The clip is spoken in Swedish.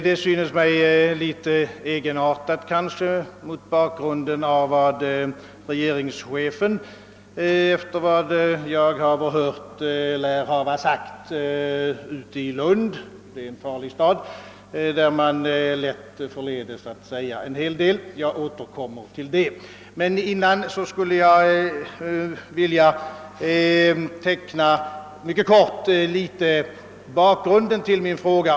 Detta synes mig litet egenartat mot bakgrunden av vad regeringschefen lär ha sagt i Lund — det är en farlig stad där man lätt förleds att säga en hel del; jag återkommer emellertid till det. Först vill jag mycket kortfattat teckna bakgrunden till min fråga.